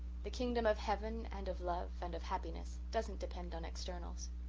the kingdom of heaven' and of love and of happiness doesn't depend on externals.